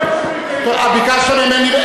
יש לי מידע.